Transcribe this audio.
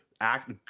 act